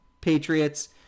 Patriots